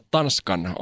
Tanskan